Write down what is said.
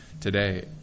today